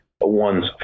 one's